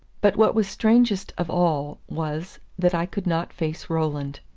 but what was strangest of all was, that i could not face roland.